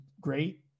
great